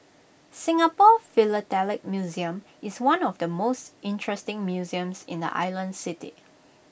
Singapore philatelic museum is one of the most interesting museums in the island city